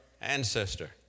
ancestor